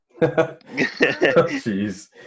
Jeez